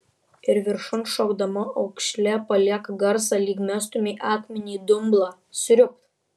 ir viršun šokdama aukšlė palieka garsą lyg mestumei akmenį į dumblą sriubt